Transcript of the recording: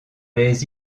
les